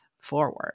forward